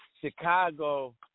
Chicago